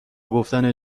گفتن